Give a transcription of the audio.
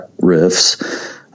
riffs